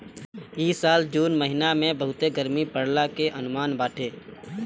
इ साल जून महिना में बहुते गरमी पड़ला के अनुमान बाटे